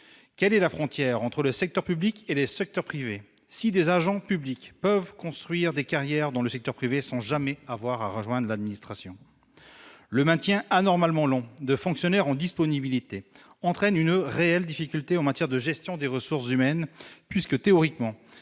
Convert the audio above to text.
quelle est la frontière entre le secteur public et les secteurs privés si des agents publics peuvent construire des carrières dans le secteur privé, sans jamais avoir rejoint de l'administration, le maintien anormalement long de fonctionnaire en disponibilité entraîne une réelle difficulté, en matière de gestion des ressources du Maine puisque théoriquement,